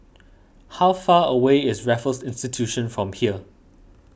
how far away is Raffles Institution from here